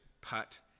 Put